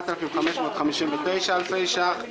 4,559 אלפי ש"ח,